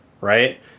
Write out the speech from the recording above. right